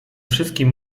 wszystkim